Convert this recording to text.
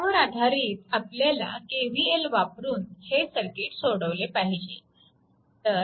त्यावर आधारित आपल्याला KVL वापरून हे सर्किट सोडवले पाहिजे